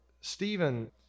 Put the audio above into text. Stephen